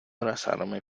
abrazarme